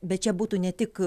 bet čia būtų ne tik